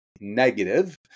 negative